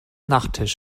nachttisch